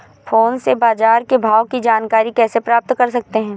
Phone से बाजार के भाव की जानकारी कैसे प्राप्त कर सकते हैं?